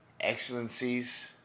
excellencies